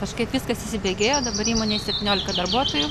kažkaip viskas įsibėgėjo dabar įmonėje septyniolika darbuotojų